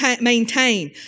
maintain